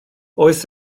oes